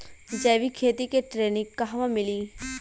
जैविक खेती के ट्रेनिग कहवा मिली?